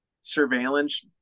surveillance